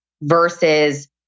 versus